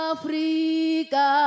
Africa